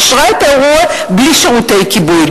אישרה את האירוע בלי שירותי כיבוי.